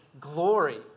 glory